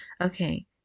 Okay